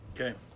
Okay